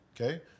Okay